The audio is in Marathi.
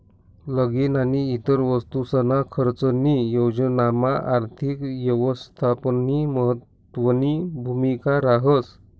लगीन आणि इतर वस्तूसना खर्चनी योजनामा आर्थिक यवस्थापननी महत्वनी भूमिका रहास